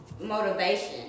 motivation